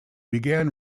began